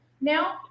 now